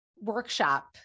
workshop